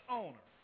owner